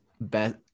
best